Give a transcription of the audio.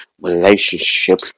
Relationship